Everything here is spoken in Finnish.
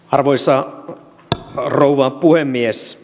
arvoisa rouva puhemies